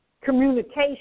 communication